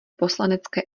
poslanecké